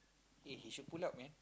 eh he should pull out man